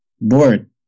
board